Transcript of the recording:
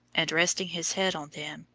and resting his head on them,